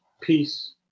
Peace